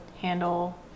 handle